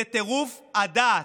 זה טירוף הדעת.